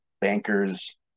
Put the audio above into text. bankers